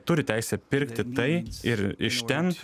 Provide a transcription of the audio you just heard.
turi teisę pirkti tai ir iš ten